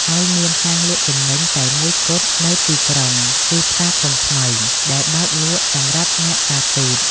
ហើយមានហាងលក់ទំនិញតែមួយគត់នៅក្នុងទីក្រុង គឺផ្សារធំថ្មី ដែលបើកលក់សម្រាប់អ្នកការទូត។